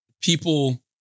people